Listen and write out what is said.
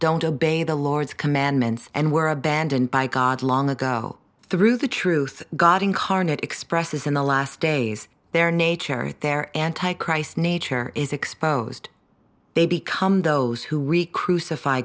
don't obey the lord's commandments and were abandoned by god long ago through the truth god incarnate expresses in the last days their nature their anti christ nature is exposed they become those who re